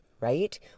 right